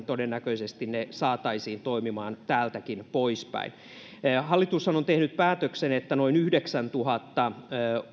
todennäköisesti ne saataisiin toimimaan täältä poispäinkin hallitushan on tehnyt päätöksen että noin yhdeksäntuhatta